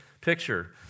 picture